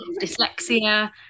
Dyslexia